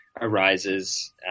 arises